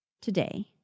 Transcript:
today